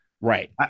Right